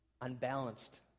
unbalanced